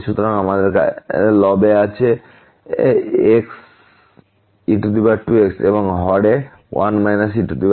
সুতরাং আমাদের আছে লব এ xe2x এবং হর এ 1 e3x